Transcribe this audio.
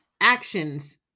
Actions